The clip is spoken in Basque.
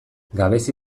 gabezi